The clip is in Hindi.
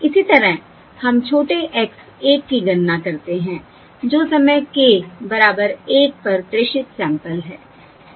इसी तरह हम छोटे x 1 की गणना करते हैं जो समय k 1 पर प्रेषित सैंपल है ठीक है